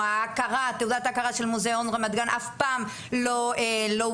או תעודת ההכרה של מוזיאון רמת גן אף פעם זה לא הופסק,